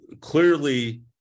Clearly